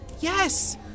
Yes